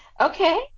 Okay